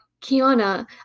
Kiana